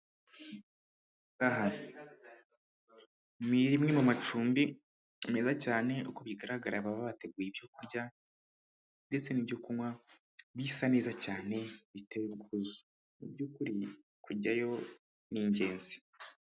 Ni rimwe mu macumbi meza cyane uko bigaragara baba bateguye ibyo kurya, ndetse n'ibyokunywa bisa neza cyane biteye ubwuzu mu by'ukuri kujyayo ni ingenzi.